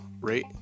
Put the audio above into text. Rate